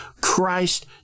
Christ